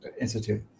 Institute